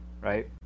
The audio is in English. right